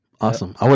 Awesome